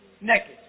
naked